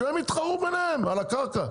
שהם יתחרו ביניהם על הקרקע.